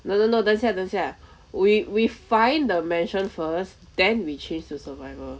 no no no 等下等下 we we find the mansion first then we change to survival